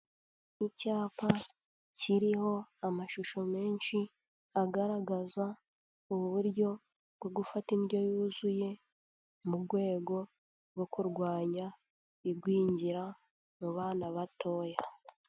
Icyapa kiriho amashusho menshi agaragaza uburyo bwo gufata indyo yuzuye mu rwego rwo kurwanya igwingira mu bana batoya.